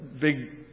big